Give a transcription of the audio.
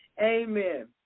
Amen